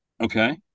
Okay